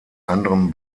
anderem